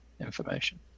information